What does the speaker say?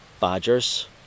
badgers